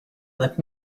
let